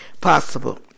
Possible